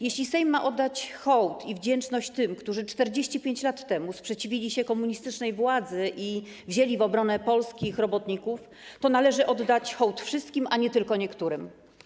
Jeśli Sejm ma oddać hołd i wdzięczność tym, którzy 45 lat temu sprzeciwili się komunistycznej władzy i wzięli w obronę polskich robotników, to należy oddać hołd wszystkim, a nie tylko niektórym.